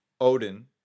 Odin